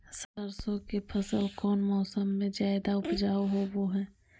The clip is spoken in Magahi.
सरसों के फसल कौन मौसम में ज्यादा उपजाऊ होबो हय?